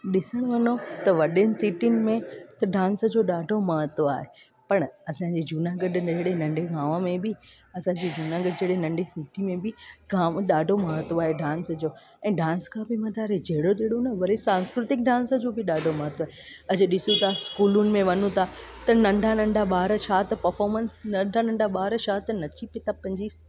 ॾिसण वञू त वॾियुनि सिटियुनि में त डांस जो त ॾाढो महत्वु आहे पर असांजे जूनागढ़ अहिड़े नंढे गांव में बि असांजे जूनागढ़ जहिड़े नंढे सिटी में बि गांव ॾाढो महत्वु आहे डांस ऐं डांस जे मथां जहिड़ो तहिड़ो न वरी सांस्कृतिक जो बि ॾाढो महत्वु आहे अॼु ॾिसूं था स्कूलनि में वञू था त नंढा नंढा ॿार छा त पफ़ोमंस नंढा नंढा ॿार छा त नचिजी टपिजी